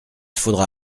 faudra